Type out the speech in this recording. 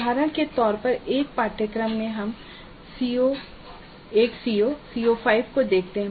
उदाहरण के तौर पर एक पाठ्यक्रम में हम एक CO CO5 को देखते हैं